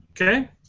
Okay